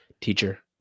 teacher